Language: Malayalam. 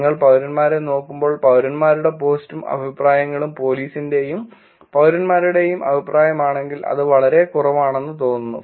നിങ്ങൾ പൌരന്മാരെ നോക്കുമ്പോൾ പൌരന്മാരുടെ പോസ്റ്റും അഭിപ്രായങ്ങളും പോലീസിന്റെയും പൌരന്മാരുടെയും അഭിപ്രായമാണെങ്കിൽ അത് വളരെ കുറവാണെന്ന് തോന്നുന്നു